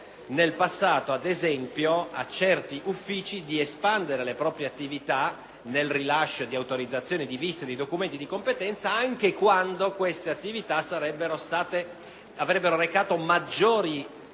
nel passato, ad esempio, a certe strutture, di espandere la propria attività nel rilascio di autorizzazioni, visti e documenti di competenza, anche quando queste avrebbero recato maggiori introiti,